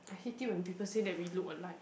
I hate it when people say that we look alike